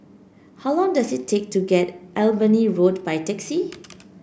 how long does it take to get Allenby Road by taxi